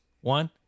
one